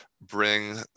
bring